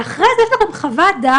ואחרי זה יש לו גם חוות דעת,